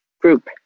group